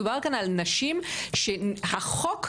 מדובר כאן על נשים שהחוק קבע,